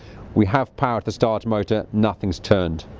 we have power to start motor, nothing's turned.